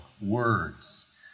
words